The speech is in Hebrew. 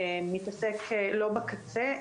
אחרי שהיה תקציב לאיתור בני נוער בסיכון.